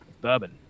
bourbon